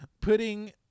putting